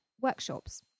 workshops